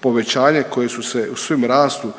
povećanje koje su se u svim rastu